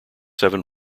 seven